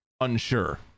unsure